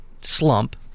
slump